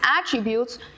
attributes